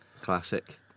Classic